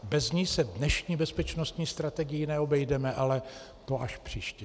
Bez ní se v dnešní bezpečnostní strategii neobejdeme, ale to až příště.